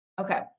Okay